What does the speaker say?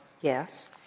Yes